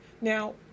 Now